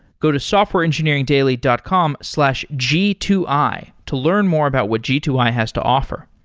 go to softwareengineeringdaily dot com slash g two i to learn more about what g two i has to offer.